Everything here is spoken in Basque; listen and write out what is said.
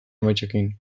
emaitzekin